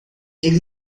ele